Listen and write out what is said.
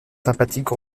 sympathiques